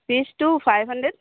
ফিজটো five hundred